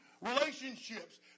relationships